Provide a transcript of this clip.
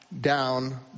Down